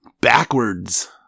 backwards